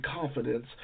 confidence